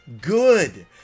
good